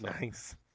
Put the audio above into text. Nice